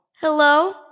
Hello